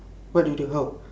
what do you do how